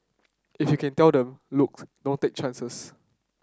if you can tell them look don't take chances